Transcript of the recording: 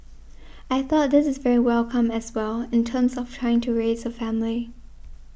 I thought this is very welcome as well in terms of trying to raise a family